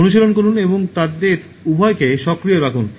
অনুশীলন করুন এবং তাদের উভয়কে সক্রিয় রাখুন